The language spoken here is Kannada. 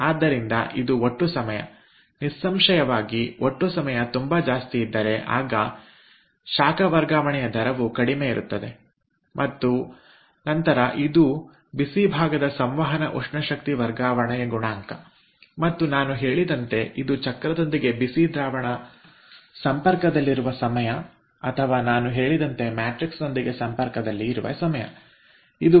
ಆದ್ದರಿಂದ ಇದು ಒಟ್ಟು ಸಮಯ ನಿಸ್ಸಂಶಯವಾಗಿ ಒಟ್ಟು ಸಮಯ ತುಂಬಾ ಜಾಸ್ತಿ ಇದ್ದರೆ ಆಗ ಶಾಖ ವರ್ಗಾವಣೆಯ ದರವು ಕಡಿಮೆ ಇರುತ್ತದೆ ಮತ್ತು ನಂತರ ಇದು ಬಿಸಿ ಭಾಗದ ಸಂವಹನ ಉಷ್ಣಶಕ್ತಿ ವರ್ಗಾವಣೆ ಗುಣಾಂಕ ಮತ್ತು ನಾನು ಹೇಳಿದಂತೆ ಇದು ಚಕ್ರದೊಂದಿಗೆ ಬಿಸಿ ದ್ರಾವಣ ಸಂಪರ್ಕದಲ್ಲಿರುವ ಸಮಯ ಅಥವಾ ನಾನು ಹೇಳಿದಂತೆ ಮ್ಯಾಟ್ರಿಕ್ಸ್ನೊಂದಿಗೆ ಸಂಪರ್ಕದಲ್ಲಿ ಇರುವ ಸಮಯ ಆಗಿದೆ